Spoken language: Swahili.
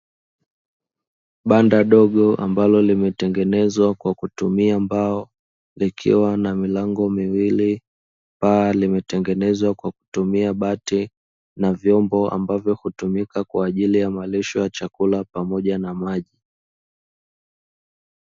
Banda dogo ambalo limetengenezwa kwa kutumia mbao, likiwa na milango miwili paa limetengenezwa kwa kutumia bati na vyombo, ambavyo hutumika kwa ajili ya malisho ya chakula pamoja na maji.